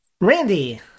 Randy